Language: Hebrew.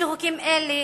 שחוקים אלה